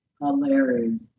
Hilarious